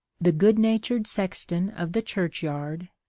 the good-natured sexton of the churchyard,